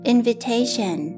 Invitation